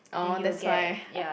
orh that's why